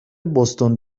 بوستون